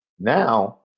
Now